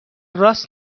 راس